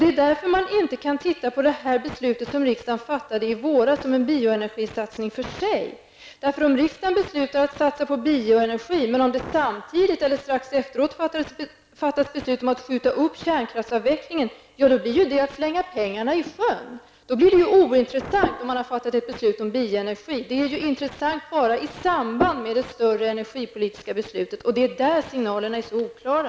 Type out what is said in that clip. Det är därför som man inte kan titta på det här beslutet för sig som riksdagen fattade i våras om en bioenergisatsning. Om riksdagen beslutar att satsa på bioenergi och samtidigt eller strax efteråt fattar beslut om att skjuta upp kärnkraftsavvecklingen, innebär det att man kastar pengarna i sjön. Då blir det ju ointressant att riksdagen har fattat ett beslut om bioenergi. Ett sådant beslut är ju intressant endast i samband med det större energipolitiska beslutet. Och det är där som signalerna är så oklara.